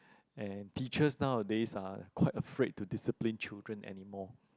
and teachers nowadays are quite afraid to discipline children anymore